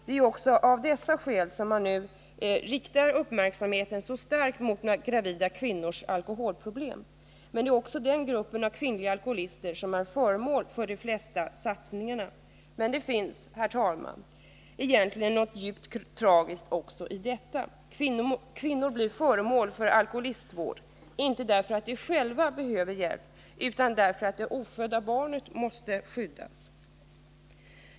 Det är ju också av dessa skäl som nu uppmärksamheten riktas så starkt mot gravida kvinnors alkoholproblem. Det är också den gruppen av kvinnliga alkoholister som är föremål för de flesta satsningarna. Men det finns, herr talman, egentligen något djupt tragiskt också i detta. Kvinnor blir föremål för alkoholistvård, inte därför att de själva behöver hjälp utan för att det ofödda barnet måste skyddas.